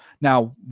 Now